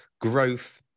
Growth